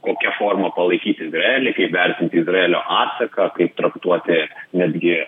kokią formą palaikyti izraelį kaip vertinti izraelio atsaką kaip traktuoti netgi